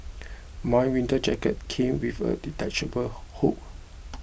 my winter jacket came with a detachable hood